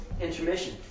intermission